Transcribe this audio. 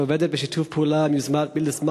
שעובדת בשיתוף פעולה עם יוזמת Meatless Monday,